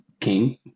king